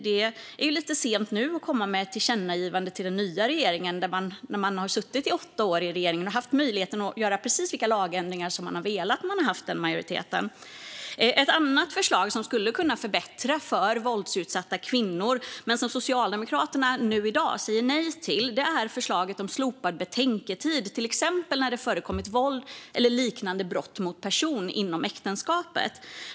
Det är lite sent att nu komma med ett tillkännagivande till den nya regeringen när man har suttit i regering i åtta år och haft möjlighet att göra precis vilka lagändringar som man har velat när man har haft majoritet. Ett annat förslag som skulle kunna förbättra för våldsutsatta kvinnor men som Socialdemokraterna i dag säger nej till är förslaget om slopad betänketid när det till exempel förekommit våld eller liknande brott mot person inom äktenskapet.